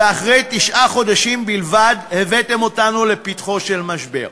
ואחרי תשעה חודשים בלבד הבאתם אותנו לפתחו של משבר.